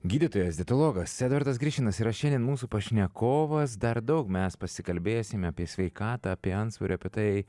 gydytojas dietologas edvardas grišinas yra šiandien mūsų pašnekovas dar daug mes pasikalbėsime apie sveikatą apie antsvorį apie tai